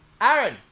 Aaron